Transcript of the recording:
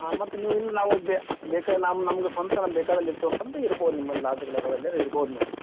ಹಾಂ ಮತ್ತೆ ನೀವು ಇಲ್ಲಿ ನಾವು ಬೇಕಾ ನಮ್ಗೆ ನಮ್ಗೆ ಸ್ವಂತ ಬೇಕಾದಲ್ಲಿ ಇರ್ತೀವಪ್ಪ ಅಂದ್ರೆ ಇರ್ಬೋದು ನಿಮ್ಮಲ್ಲಿ ಲಾಡ್ಜ್ಗುಳು ಇದಾವ್ ಅಲ್ಲೆರೆ ಇರ್ಬೋದು ನೀವು